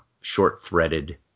short-threaded